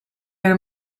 are